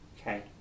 Okay